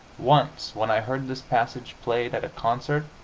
once, when i heard this passage played at a concert,